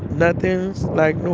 nothing's like